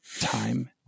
time